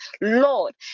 Lord